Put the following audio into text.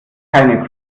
keine